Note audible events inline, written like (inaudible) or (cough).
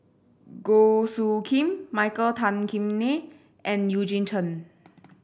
Goh Soo Khim Michael Tan Kim Nei and Eugene Chen (noise)